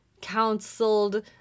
counseled